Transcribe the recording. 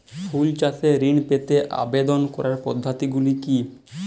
ফুল চাষে ঋণ পেতে আবেদন করার পদ্ধতিগুলি কী?